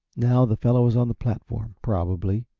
now, the fellow was on the platform, probably,